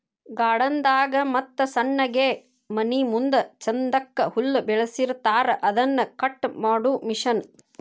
garden ದಾಗ ಮತ್ತ ಸಣ್ಣಗೆ ಮನಿಮುಂದ ಚಂದಕ್ಕ ಹುಲ್ಲ ಬೆಳಸಿರತಾರ ಅದನ್ನ ಕಟ್ ಮಾಡು ಮಿಷನ್